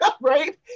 right